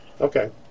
okay